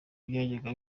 byajyaga